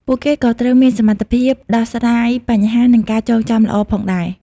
ពួកគេក៏ត្រូវមានសមត្ថភាពដោះស្រាយបញ្ហានិងការចងចាំល្អផងដែរ។